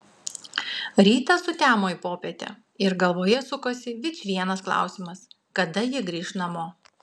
rytas sutemo į popietę ir galvoje sukosi vičvienas klausimas kada ji grįš namo